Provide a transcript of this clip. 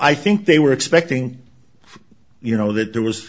i think they were expecting you know that there was